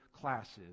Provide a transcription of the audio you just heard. classes